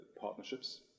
partnerships